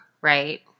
Right